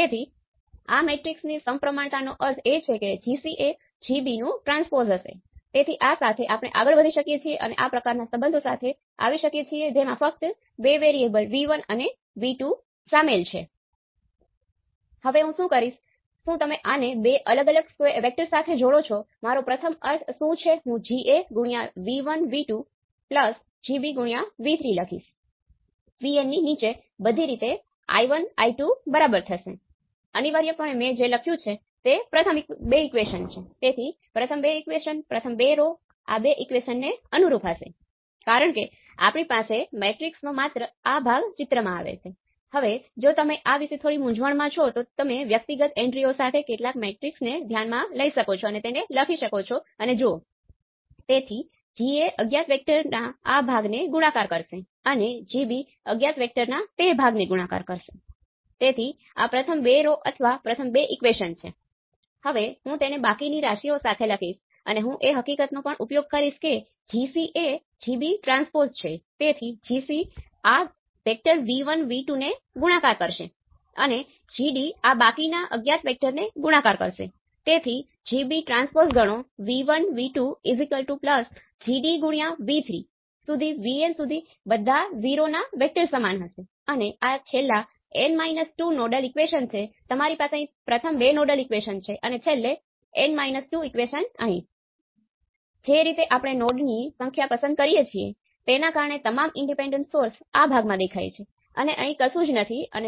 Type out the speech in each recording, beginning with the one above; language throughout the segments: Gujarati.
તેથી દાખલા તરીકે આ આખી બાબતનું વિશ્લેષણ કરવાનો એક રસ્તો એ હશે કે મેં પહેલા V1 અને I2 ને ૦ પર નિશ્ચિત કરવાનું કહ્યું અને પછી Vtest ની અસર જુઓ અને પછી મે Vtest અને I2 ને ૦ પર નિશ્ચિત કરવાનું કહ્યું અને પછી V1 ની અસર જુઓ અને છેલ્લે Vtest અને V1 ને 0 પર નિશ્ચિત કરો અને પછી I2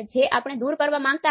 ની અસર જુઓ